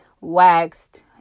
waxed